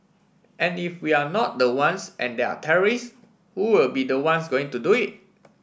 and if we're not the ones and there are terrorists who will be the ones going to do it